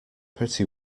pretty